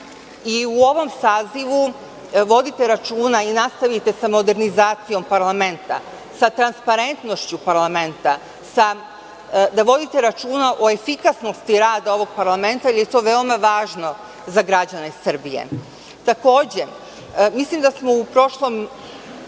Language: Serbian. i u ovom sazivu vodite računa i nastavite sa modernizacijom parlamenta, sa transparentnošću parlamenta, da vodite računa o efikasnosti rada ovog parlamenta, jer je to veoma važno za građane Srbije. Takođe, mislim da smo u prošlom